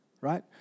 Right